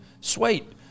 sweet